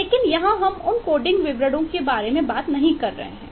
लेकिन यहां हम उन कोडिंग विवरणों के बारे में बात नहीं कर रहे हैं